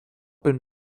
been